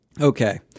okay